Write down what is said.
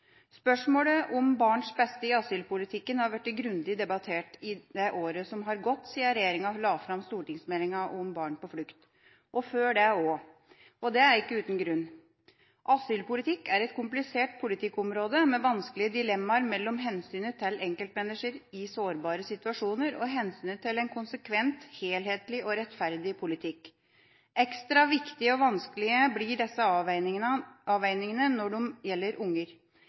Spørsmålet om barns beste i asylpolitikken har blitt grundig debattert i det året som har gått siden regjeringa la fram stortingsmeldinga om barn på flukt – og før det også. Det er ikke uten grunn. Asylpolitikk er et komplisert politikkområde, med vanskelige dilemmaer mellom hensynet til enkeltmennesker i sårbare situasjoner og hensynet til en konsekvent, helhetlig og rettferdig politikk. Ekstra viktige og vanskelige blir disse avveiningene når de gjelder unger,